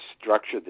structure